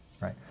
right